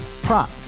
Prop